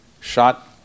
shot